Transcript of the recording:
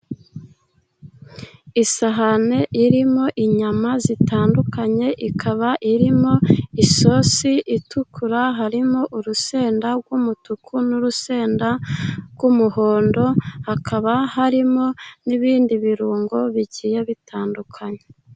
Isahani irimo inyama zitandukanye, ikaba irimo isosi itukura, harimo urusenda rw'umutuku n'urusenda rw'umuhondo. Hakaba harimo n'ibindi birungo bigiye bitandukanye.